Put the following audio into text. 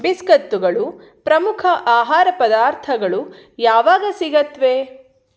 ಬಿಸ್ಕತ್ತುಗಳು ಪ್ರಮುಖ ಆಹಾರ ಪದಾರ್ಥಗಳು ಯಾವಾಗ ಸಿಗುತ್ವೆ